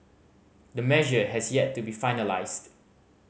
the measure has yet to be finalised